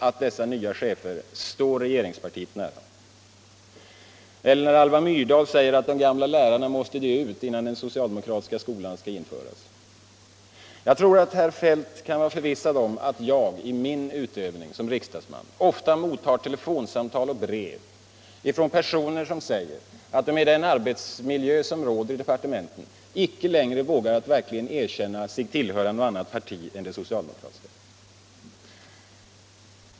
Ytterligare ett exempel är när Alva Myrdal säger att de gamla lärarna måste dö ut innan den socialdemokratiska skolan kan införas. Herr Feldt kan vara förvissad om att jag som riksdagsman ofta mottar telefonsamtal och brev från personer som säger att de med tanke på den arbetsmiljö som råder i departementen inte längre vågar erkänna sig tillhöra något annat parti än det socialdemokratiska.